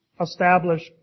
established